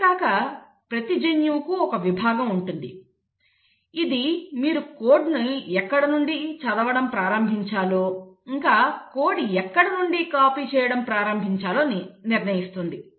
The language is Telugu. అంతేకాక ప్రతి జన్యువుకు ఒక విభాగం ఉంటుంది ఇది మీరు కోడ్ను ఎక్కడ నుండి చదవడం ప్రారంభించాలో ఇంకా కోడ్ని ఎక్కడ నుండి కాపీ చేయడం ప్రారంభించాలో నిర్ణయిస్తుంది